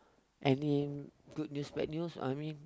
I mean good news bad news I mean